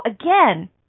again